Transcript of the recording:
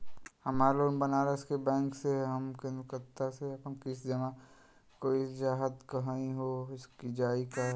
हमार लोन बनारस के बैंक से ह हम कलकत्ता से आपन किस्त जमा कइल चाहत हई हो जाई का?